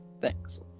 Thanks